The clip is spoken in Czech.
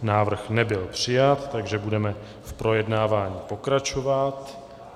Návrh nebyl přijat, takže budeme v projednávání pokračovat.